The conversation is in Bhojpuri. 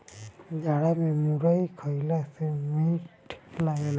जाड़ा में मुरई खईला में मीठ लागेला